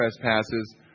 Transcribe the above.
trespasses